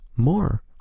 more